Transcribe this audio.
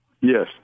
Yes